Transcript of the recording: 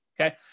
okay